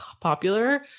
popular